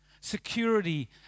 security